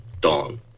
Dawn